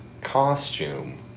costume